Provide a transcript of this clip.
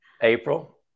April